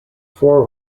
four